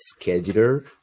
scheduler